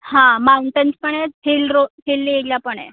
हां माऊंटन्स पण आहेत हिल् रो हिल एरिया पण आहे